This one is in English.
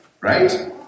right